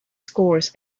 scores